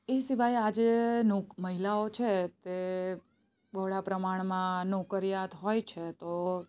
એ સિવાય આજે મહિલાઓ છે તે બહોળા પ્રમાણમાં નોકરિયાત હોય છે તો